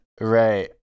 Right